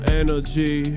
energy